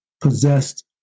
possessed